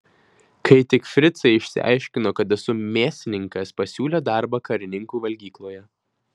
kai tik fricai išsiaiškino kad esu mėsininkas pasiūlė darbą karininkų valgykloje